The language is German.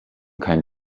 keinen